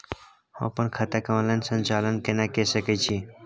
हम अपन खाता के ऑनलाइन संचालन केना के सकै छी?